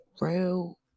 real